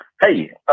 Hey